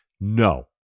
no